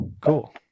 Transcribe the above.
Cool